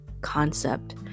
concept